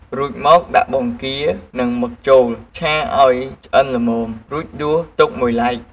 រួចមក ដាក់បង្គា និងមឹកចូលឆាឱ្យឆ្អិនល្មម រួចដួសទុកមួយឡែក។